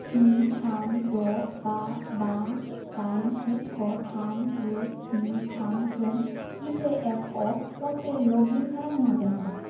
स्नि थाम द' बा बा दाइन लाथिख' थाम गु स्नि थाम जों इपिएफअ पर्टेलाव लग इन खालामनो हागोन नामा